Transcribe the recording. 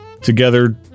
together